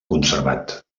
conservat